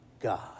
God